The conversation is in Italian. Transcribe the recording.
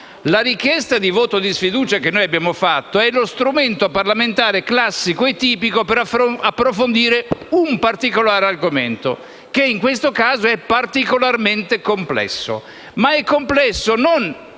La richiesta di voto di sfiducia che noi abbiamo avanzato è lo strumento parlamentare classico e tipico per approfondire un particolare argomento, che in questo caso è particolarmente complesso. È complesso non